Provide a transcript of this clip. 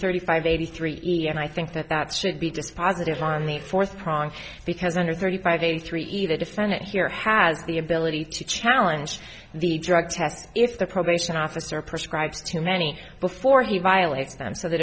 thirty five eighty three and i think that that should be dispositive on the fourth pronk because under thirty five eighty three either defendant here has the ability to challenge the drug test if the probation officer prescribes too many before he violates them so the